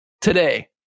today